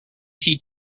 tea